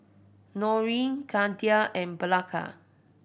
Noreen Gertha and Blanca